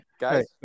guys